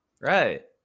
Right